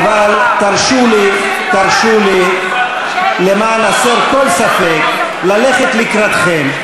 אבל תרשו לי, למען הסר כל ספק, ללכת לקראתכם.